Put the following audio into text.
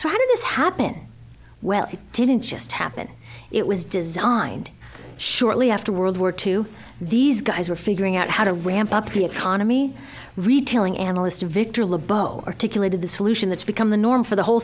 this happen well it didn't just happen it was designed shortly after world war two these guys were figuring out how to ramp up the economy retailing analyst victor lobo articulated the solution that's become the norm for the whole